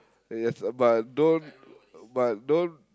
yes but don't but don't